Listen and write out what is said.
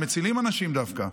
מצילים אנשים דווקא,